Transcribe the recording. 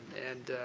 and,